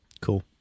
cool